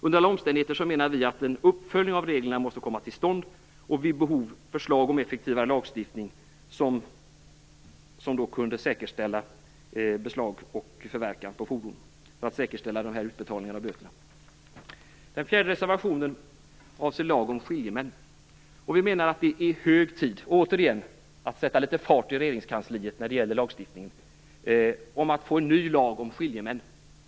Under alla omständigheter menar vi att en uppföljning av reglerna måste komma till stånd och vid behov förslag om effektivare lagstiftning, som då kunde säkerställa beslag och förverkan av fordon, för att säkerställa dessa utbetalningarna av böter. Vi menar återigen att det är hög tid att sätta litet fart i Regeringskansliet när det gäller lagstiftningen så att vi får en ny lag om skiljemän.